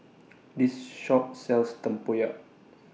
This Shop sells Tempoyak